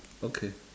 okay